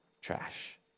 trash